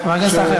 חבר הכנסת אייכלר,